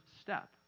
step